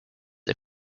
are